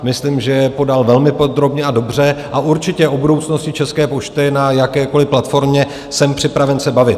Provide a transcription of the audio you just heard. Myslím, že je podal velmi podrobně a dobře, a určitě o budoucnosti České pošty na jakékoliv platformě jsem připraven se bavit.